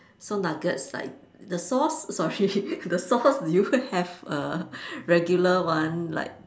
so nuggets like the sauce sorry the sauce do you have a regular one like